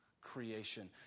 creation